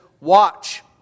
watch